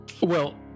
well-